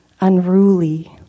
unruly